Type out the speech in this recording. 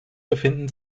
befinden